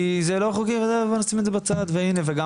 כי זה לא חוקי ובוא נשים את זה בצד והנה וגם